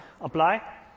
apply